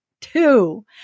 two